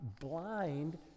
blind